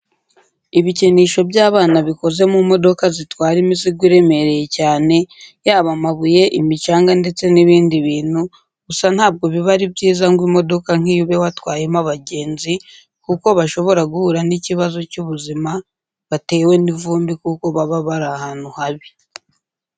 Ibikinisho by'abana bikoze mu modoka zitwara imizigo iremereye cyane, yaba amabuye, imicanga ndetse n'ibindi bintu, gusa ntabwo biba ari byiza ngo imodoka nk'iyi ube watwayemo abagenzi kuko bashobora guhura n'ikibazo cy'ubuzima batewe n'ivumbi kuko baba bari ahantu habi.